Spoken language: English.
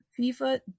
FIFA